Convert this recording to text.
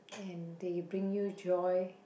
and they bring you joy